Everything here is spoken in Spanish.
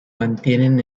mantienen